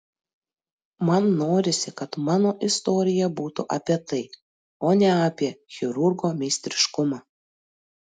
man norisi kad mano istorija būtų apie tai o ne apie chirurgo meistriškumą